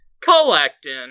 collecting